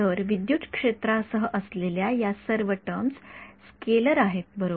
तर विद्युत क्षेत्रासह असलेल्या या सर्व टर्म्स स्केलर आहेत बरोबर